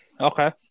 Okay